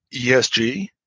ESG